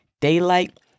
Daylight